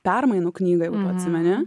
permainų knygą jau atsimeni